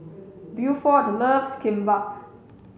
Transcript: Buford loves Kimbap